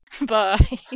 Bye